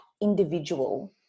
individual